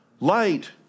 Light